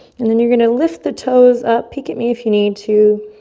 and then you're gonna lift the toes up, peek at me if you need to.